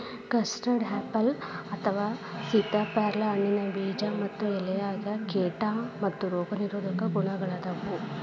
custard apple ಅಥವಾ ಸೇತಾಪ್ಯಾರಲ ಹಣ್ಣಿನ ಬೇಜ ಮತ್ತ ಎಲೆಯಾಗ ಕೇಟಾ ಮತ್ತ ರೋಗ ನಿರೋಧಕ ಗುಣಗಳಾದಾವು